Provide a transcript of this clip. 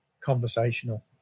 conversational